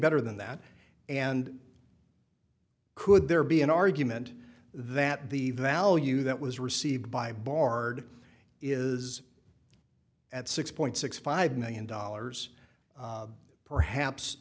better than that and could there be an argument that the value that was received by barred is at six point six five million dollars perhaps